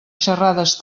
xerrades